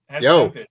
Yo